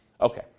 Okay